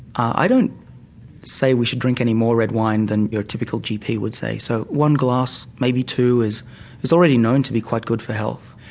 i don't say we should drink any more red wine than your typically gp would say, so one glass, maybe two is is already known to be quite good for health.